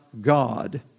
God